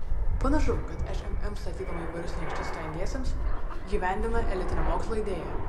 panašu kad šmm statydama įvairius slenksčius stojantiesiems įgyvendina elitinio mokslo idėją